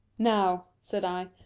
now, said i,